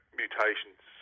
mutations